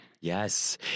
yes